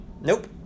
nope